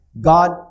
God